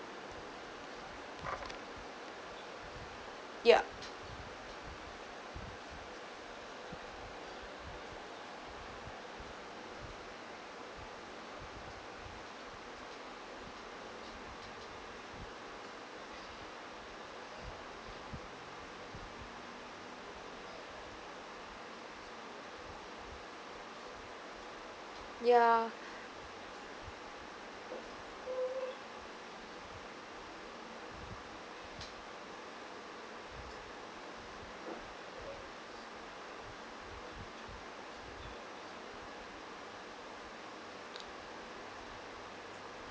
yup yeah